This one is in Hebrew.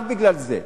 רק בגלל זה.